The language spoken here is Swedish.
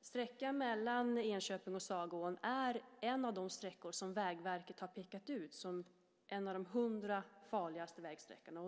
Sträckan mellan Enköping och Sagån är en av de sträckor som Vägverket har pekat ut som en av de 100 farligaste vägsträckorna.